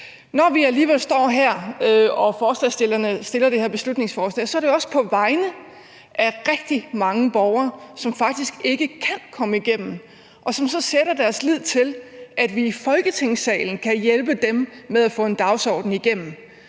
Når vi står her, og når forslagsstillerne har fremsat det her beslutningsforslag, så er det jo også på vegne af rigtig mange borgere, som faktisk ikke kan komme igennem med det, og som sætter deres lid til, at vi i Folketingssalen kan hjælpe dem med at få en dagsorden igennem.